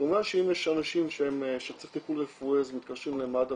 כמובן שאם יש אנשים שצריך טיפול רפואי מתקשרים למד"א,